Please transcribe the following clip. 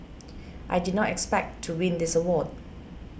I did not expect to win this award